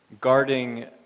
guarding